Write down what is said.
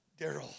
Daryl